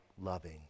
loving